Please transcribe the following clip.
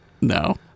No